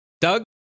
Doug